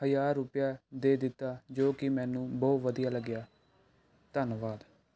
ਹਜ਼ਾਰ ਰੁਪਇਆ ਦੇ ਦਿੱਤਾ ਜੋ ਕਿ ਮੈਨੂੰ ਬਹੁਤ ਵਧੀਆ ਲੱਗਿਆ ਧੰਨਵਾਦ